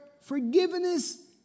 forgiveness